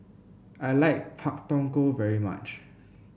I like Pak Thong Ko very much